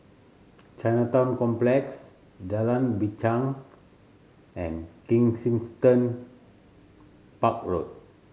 Chinatown Complex Jalan Binchang and Kensington Park Road